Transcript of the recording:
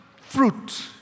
fruit